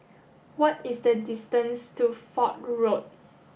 what is the distance to Fort Road